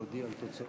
הצעת